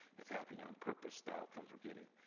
it's happening on purpose the outcomes we're getting.